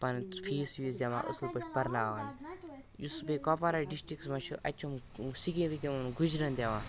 پَنُن سُہ فیٖس ویٖس دِوان اصٕل پٲٹھۍ پَرناوان یُس بیٚیہِ کُپوارہ ڈِسٹِکَرٛس مَنٛز چھُ اَتہِ چھِ یِم سِکیم وِکیم گُجریٚن دِوان